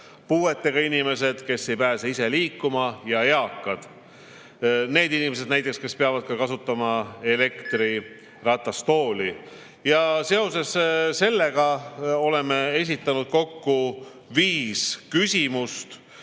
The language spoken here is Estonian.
puuetega inimesed, kes ei pääse ise liikuma, ja eakad. Näiteks need inimesed, kes peavad ka kasutama elektriratastooli. Seoses sellega oleme esitanud kokku viis küsimust,